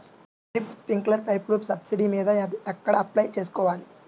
Drip, స్ప్రింకర్లు పైపులు subsidy మీద ఎక్కడ అప్లై చేసుకోవాలి?